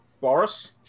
Boris